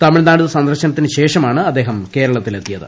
തമിഴ്നാട് സന്ദർശനത്തിനുശേഷമാണ് അദ്ദേഹം കേരളത്തിലെത്തിയത്